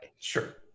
sure